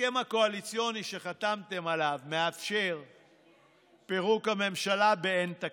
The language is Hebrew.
ההסכם הקואליציוני שחתמתם עליו מאפשר פירוק הממשלה באין תקציב.